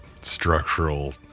structural